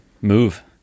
Move